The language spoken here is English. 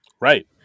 right